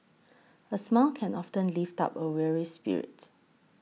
a smile can often lift up a weary spirit